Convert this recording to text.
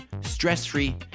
stress-free